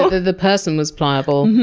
and the person was pliable.